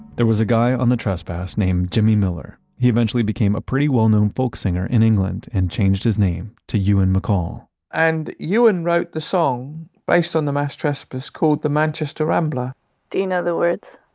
there was a guy on the trespass named jimmy miller, he eventually became a pretty well known folk singer in england, and changed his name to ewan maccoll and ewan wrote the song based on the mass trespass called, the manchester rambler do you know the words?